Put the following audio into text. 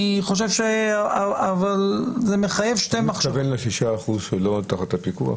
אבל זה מחייב --- אתה מתכוון ל-6% שלא תחת הפיקוח?